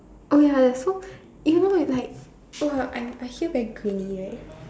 oh ya so even when like !wow! I I hear very grainy right